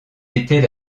était